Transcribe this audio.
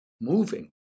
moving